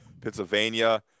Pennsylvania